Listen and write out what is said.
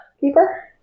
Keeper